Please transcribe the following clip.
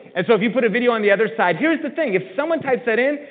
and so if you put a video on the other side. here's the thing. if someone types that in,